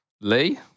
Lee